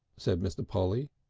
said mr. polly.